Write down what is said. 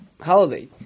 holiday